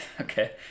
Okay